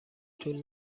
طول